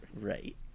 Right